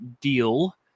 deal